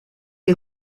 est